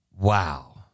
Wow